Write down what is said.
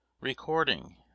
Recording